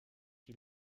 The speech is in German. die